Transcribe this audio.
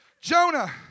Jonah